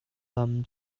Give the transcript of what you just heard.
lam